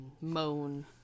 moan